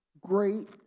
great